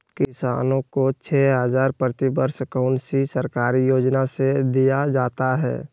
किसानों को छे हज़ार प्रति वर्ष कौन सी सरकारी योजना से दिया जाता है?